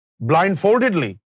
blindfoldedly